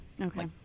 okay